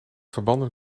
verbanden